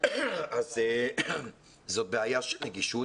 אז זו בעיה של נגישות.